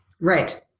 Right